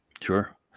Sure